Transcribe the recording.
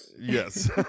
Yes